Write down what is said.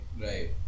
Right